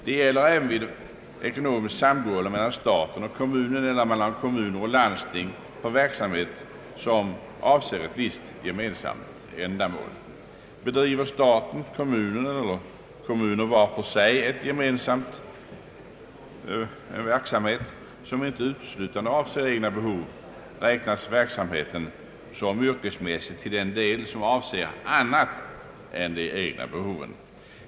Detta gäller även vid ekonomiskt samgående mellan staten och en eller flera kommuner eller mellan kommuner och landsting för verksamhet som avser ett visst gemensamt ändamål. Bedriver staten, kommun eller kommuner var för sig eller gemensamt verksamhet som inte uteslutande avser egna behov, räknas verksamheten som yrkesmässig till den del den avser annat än egna behov.